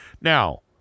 now